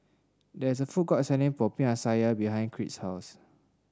there is a food court selling Popiah Sayur behind Crete's house